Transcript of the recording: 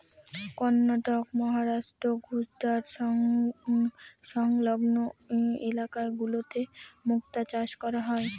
কর্ণাটক, মহারাষ্ট্র, গুজরাট সংলগ্ন ইলাকা গুলোতে মুক্তা চাষ করা হয়